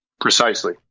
Precisely